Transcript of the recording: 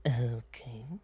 Okay